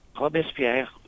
Robespierre